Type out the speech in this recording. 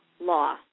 law